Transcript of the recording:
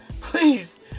Please